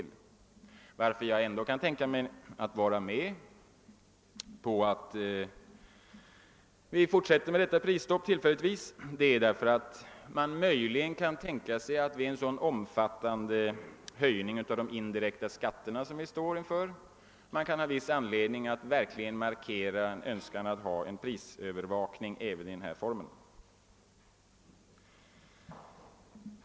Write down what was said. Anledningen till att jag ändå kan tänka mig att gå med på en tillfällig fortsättning av prisstoppet är att man vid en så omfattande höjning av de indirekta skatterna, som vi står inför, kan ha viss anledning att markera en önskan att ha kvar en prisövervakning även i denna form.